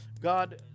God